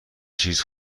چیز